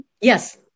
Yes